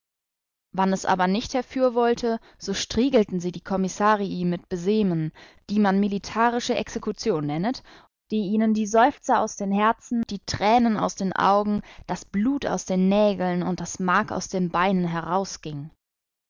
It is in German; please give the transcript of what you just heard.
wann es aber nicht herfürwollte so striegelten sie die kommissarii mit besemen die man militarische exekution nennet daß ihnen die seufzer aus dem herzen die tränen aus den augen das blut aus den nägeln und das mark aus den beinen